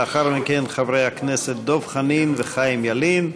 לאחר מכן, חברי הכנסת דב חנין וחיים ילין,